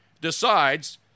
decides